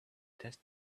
test